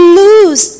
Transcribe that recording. lose